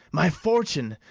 my fortune,